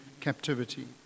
captivity